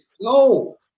No